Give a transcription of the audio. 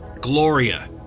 gloria